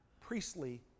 priestly